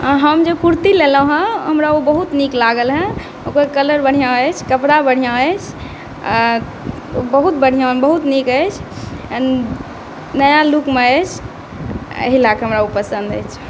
अं हम जे कुरती लेलहुँ हँ हमरा ओ बहुत नीक लागल हेँ ओकर कलर बढ़िऑं अछि कपड़ा बढ़िऑं अछि आ बहुत बढ़िऑं बहुत नीक अछि नया लुकमे अछि एहि लए कए ओ हमरा पसन्द अछि